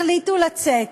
החליטו לצאת